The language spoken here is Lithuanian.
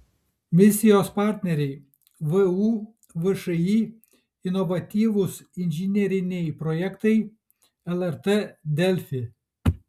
misijos partneriai vu všį inovatyvūs inžineriniai projektai lrt delfi